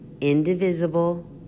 indivisible